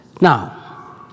Now